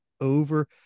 over